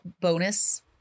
bonus